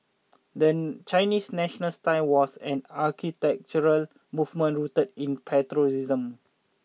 the Chinese national style was an architectural movement rooted in patriotism